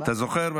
אתה זוכר?